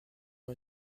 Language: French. ont